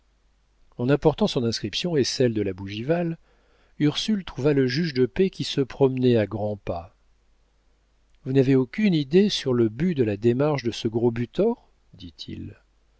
en apportant son inscription et celle de la bougival ursule trouva le juge de paix qui se promenait à grands pas vous n'avez aucune idée sur le but de la démarche de ce gros butor dit-il